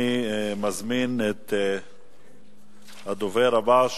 אני מזמין את הדובר הבא,